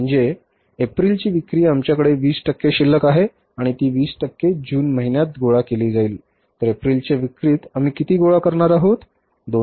म्हणजे एप्रिलची विक्री आमच्याकडे 20 टक्के शिल्लक आहे आणि ती 20 टक्के जून महिन्यात गोळा केली जाईल तर एप्रिलच्या विक्रीत आम्ही किती गोळा करणार आहोत